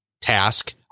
task